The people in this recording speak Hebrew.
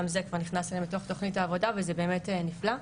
גם זה כבר נכנס להם לתוך תוכנית העבודה וזה באמת נפלא,